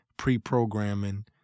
pre-programming